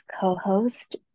co-host